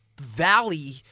valley